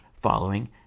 following